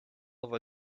over